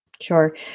Sure